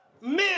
Men